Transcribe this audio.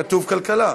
כתוב: כלכלה.